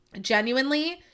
genuinely